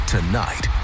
Tonight